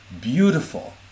beautiful